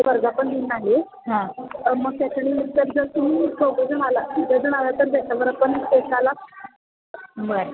वर्धापन दिन आहे हां मग त्याच्यानंतर जर तुम्ही चौघंजण आला तिघंजण आला तर त्याच्यावर पण एकाला बयं